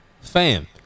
Fam